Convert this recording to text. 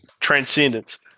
Transcendence